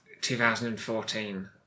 2014